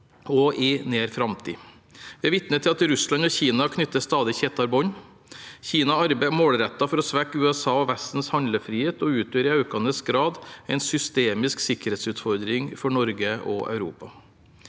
også i nær framtid. Vi er vitne til at Russland og Kina knytter stadig tettere bånd. Kina arbeider målrettet for å svekke USAs og Vestens handlefrihet og utgjør i økende grad en systemisk sikkerhetsutfordring for Norge og Europa.